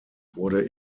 wurde